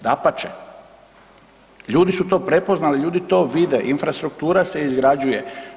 Dapače, ljudi su to prepoznali, ljudi to vide, infrastruktura se izgrađuje.